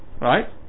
Right